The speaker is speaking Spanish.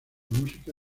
música